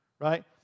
right